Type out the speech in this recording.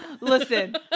Listen